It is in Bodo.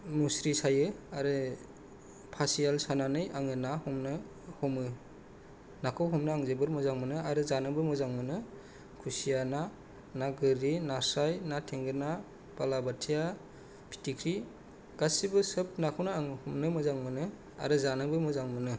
मुस्रि सायो आरो फासि सानानै आङो ना हमो नाखौ हमनो आं जोबोर मोजां मोनो आरो जानोबो मोजां मोनो खुसिया ना ना गोरि नास्राय ना थेंगोना बालाबाथिया फिथिख्रि गासैबो सोब नाखौनो आं हमनो मोजां मोनो आरो जानोबो मोजां मोनो